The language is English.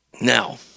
Now